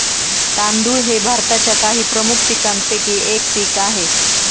तांदूळ हे भारताच्या काही प्रमुख पीकांपैकी एक पीक आहे